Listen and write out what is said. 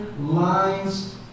lines